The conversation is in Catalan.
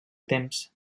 temps